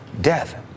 death